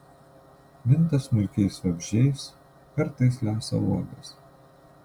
minta smulkiais vabzdžiais kartais lesa uogas